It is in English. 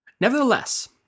Nevertheless